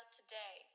today